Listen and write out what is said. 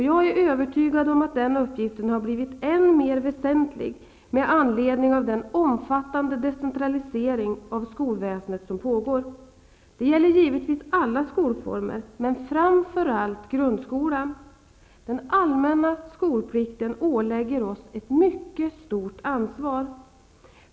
Jag är övertygad om att den uppgiften har blivit än mer väsentlig med anledning av den omfattande decentralisering av skolväsendet som pågår. Det gäller givetvis alla skolformer, men framför allt grundskolan. Den allmänna skolplikten ålägger oss ett mycket stort ansvar.